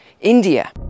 India